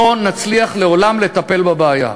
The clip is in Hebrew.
לא נצליח לעולם לטפל בבעיה,